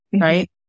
right